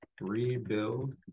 rebuild